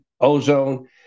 ozone